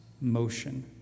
motion